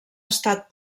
estat